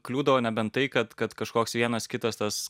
kliūdavo nebent tai kad kad kažkoks vienas kitas tas